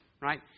right